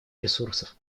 ресурсов